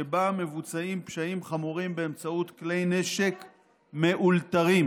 שבה מבוצעים פשעים חמורים באמצעות כלי נשק מאולתרים.